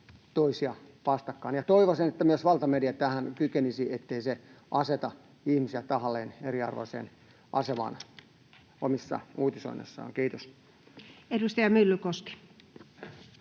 toisia vastakkain. Toivoisin, että myös valtamedia tähän kykenisi, ettei se aseta ihmisiä tahallaan eriarvoiseen asemaan omissa uutisoinneissaan. — Kiitos. Edustaja Myllykoski.